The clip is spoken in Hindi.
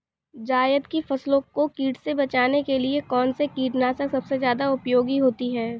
जायद की फसल को कीट से बचाने के लिए कौन से कीटनाशक सबसे ज्यादा उपयोगी होती है?